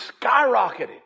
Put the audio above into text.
skyrocketed